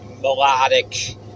melodic